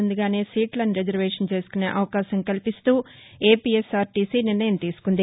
ముందుగానే సీట్లను రిజర్వేషన్ చేసుకునే అవకాశం కల్పిస్తూ ఏపీఎస్ ఆర్టీసీ నిర్ణయం తీసుకుంది